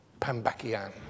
Pambakian